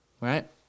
right